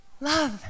love